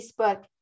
Facebook